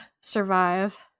survive